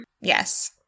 Yes